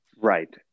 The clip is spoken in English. Right